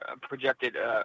projected